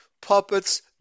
puppets